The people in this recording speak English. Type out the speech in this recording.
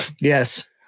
yes